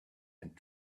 and